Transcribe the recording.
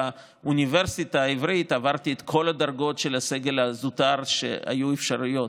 באוניברסיטה העברית עברתי את כל הדרגות של הסגל הזוטר שהיו אפשריות,